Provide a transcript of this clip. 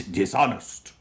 dishonest